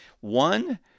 One